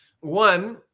One